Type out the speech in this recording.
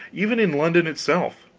even in london itself.